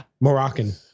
Moroccan